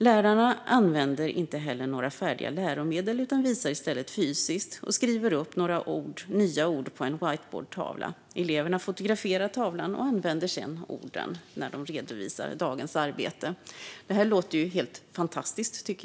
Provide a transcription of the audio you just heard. Lärarna använder inte heller några färdiga läromedel utan visar i stället fysiskt och skriver upp några nya ord på en whiteboardtavla. Eleverna fotograferar tavlan och använder sedan orden när de redovisar dagens arbete. Detta tycker jag låter helt fantastiskt.